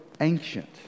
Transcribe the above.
ancient